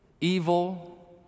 evil